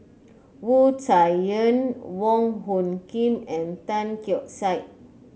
Wu Tsai Yen Wong Hung Khim and Tan Keong Saik